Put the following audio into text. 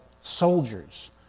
soldiers